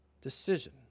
decision